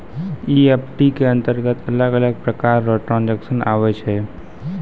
EFT के अंतरगत अलग अलग प्रकार रो ट्रांजेक्शन आवै छै